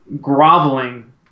groveling